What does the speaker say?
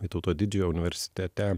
vytauto didžiojo universitete